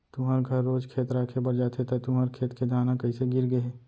तुँहर घर रोज खेत राखे बर जाथे त तुँहर खेत के धान ह कइसे गिर गे हे?